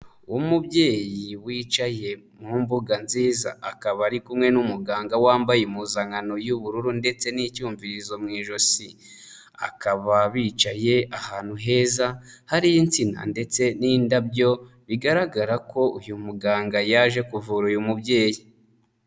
Umubyeyi wicaye mu mbuga nziza akaba ari kumwe n'umuganga wambaye impuzankano y'ubururu ndetse n'icyumvizo mu ijosi. Akaba bicaye ahantu heza hari insina ndetse n'indabyo, bigaragara ko uyu muganga yaje kuvura uyu mubyeyi.